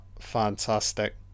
Fantastic